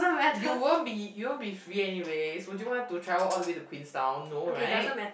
you won't be you won't be free anyways would you want to travel all the way to Queenstown no right